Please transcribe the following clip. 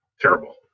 terrible